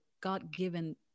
God-given